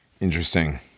Interesting